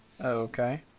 Okay